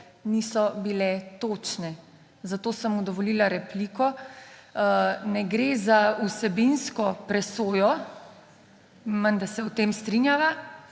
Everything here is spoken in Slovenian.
niso bile točne, zato sem mu dovolila repliko. Ne gre za vsebinsko presojo, menda se v tem strinjava,